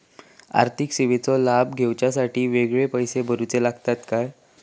आर्थिक सेवेंचो लाभ घेवच्यासाठी वेगळे पैसे भरुचे लागतत काय?